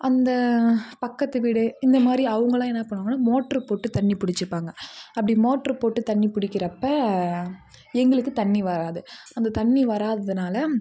அந்த பக்கத்து வீடு இந்தமாதிரி அவங்கள்லாம் என்னா பண்ணுவாங்கனா மோட்ரு போட்டு தண்ணி புடிச்சுப்பாங்க அப்படி மோட்ரு போட்டு தண்ணி பிடிக்கிறப்ப எங்களுக்கு தண்ணி வராது அந்த தண்ணி வராததுனால